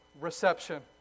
Reception